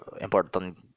important